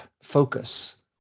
focus